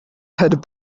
had